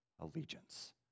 allegiance